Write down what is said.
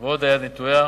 ועוד היד נטויה.